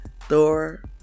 thor